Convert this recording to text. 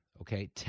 Okay